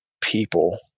people